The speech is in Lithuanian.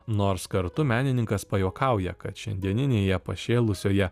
nors kartu menininkas pajuokauja kad šiandieninėje pašėlusioje